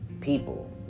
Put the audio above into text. people